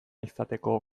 izateko